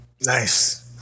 nice